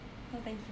no thank you